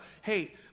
hey